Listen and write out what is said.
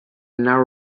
now